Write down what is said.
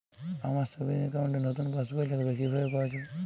আমার savings account র নতুন পাসবই লাগবে, কিভাবে পাওয়া যাবে?